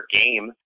game